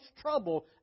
trouble